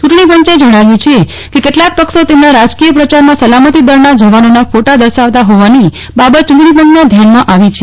ચૂંટણી પંચે જણાવ્યું છે કે કેટલાક પક્ષો તેમના રાજકીય પ્રચારમાં સલામતી દળના જવાનોના ફોટા દર્શાવતા હોવાની બાબત યૂંટણી પંચના ધ્યાનમાં આવી છે